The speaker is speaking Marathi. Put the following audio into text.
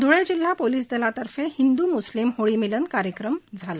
धुळे जिल्हा पोलीस दलातर्फे हिंदू मुस्लिम होळी मिलन कार्यक्रम घेतला गेला